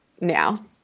now